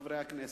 חברי הכנסת: